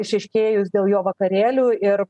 išaiškėjus dėl jo vakarėlių ir